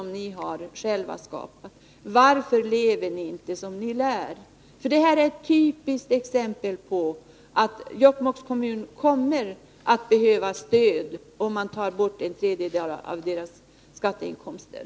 Varför lever ni inte som ni lär? Detta är ett typiskt exempel. Jokkmokks kommun kommer att behöva stöd, om man tar bort en tredjedel av dess skatteinkomster.